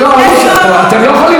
אתם לא יכולים להפריע לה.